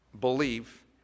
believe